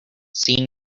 see